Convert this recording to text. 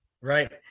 Right